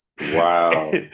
Wow